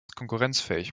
konkurrenzfähig